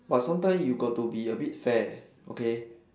but sometimes you got to be a bit fair okay